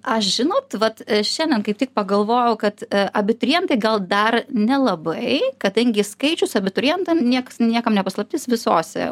aš žinot vat šiandien kaip tik pagalvojau kad abiturientai gal dar nelabai kadangi skaičius abiturientam nieks niekam paslaptis visose